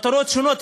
מטרות שונות.